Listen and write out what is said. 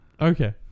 Okay